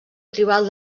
tribal